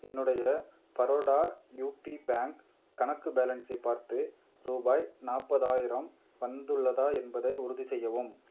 என்னுடைய Baroda UP bank கணக்கு பேலன்ஸை பார்த்து ரூபாய் நாற்பதாயிரம் வந்துள்ளதா என்பதை உறுதிசெய்யவும்